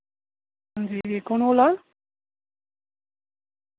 हांजी कौन बोल्ला दा